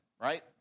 right